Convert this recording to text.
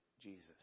Jesus